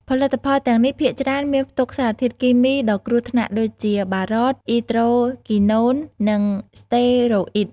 ផលិតផលទាំងនេះភាគច្រើនមានផ្ទុកសារធាតុគីមីដ៏គ្រោះថ្នាក់ដូចជា បារត, អ៊ីដ្រូគីណូន និង ស្តេរ៉ូអ៊ីត។